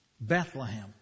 Bethlehem